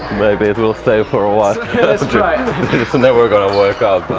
maybe it will stay for a while let's try never going to work out.